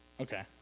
Okay